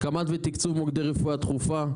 הקמת ותקצוב מוקדי רפואה דחופה,